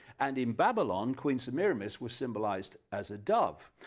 and in babylon queen samiramis was symbolized as a dove,